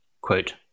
Quote